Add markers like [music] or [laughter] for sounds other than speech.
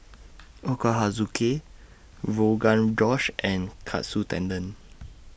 Ochazuke Rogan Josh and Katsu Tendon [noise]